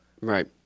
Right